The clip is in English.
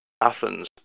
Athens